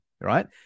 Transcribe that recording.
right